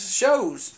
shows